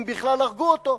אם בכלל הרגו אותו.